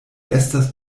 estas